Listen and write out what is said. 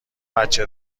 بچه